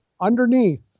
underneath